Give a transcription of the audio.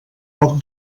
poc